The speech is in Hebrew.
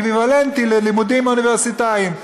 כאקוויוולנטיים ללימודים אוניברסיטאיים.